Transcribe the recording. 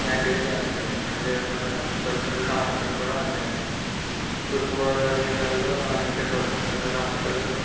లాంటివి చేస్తుంది అంతేకాకుండా స్వచ్చంద సంస్థలు కూడా ఉన్నాయి తూర్పుగోదావరి జిల్లాల్లో అనేక స్వచ్చంద సంస్థలు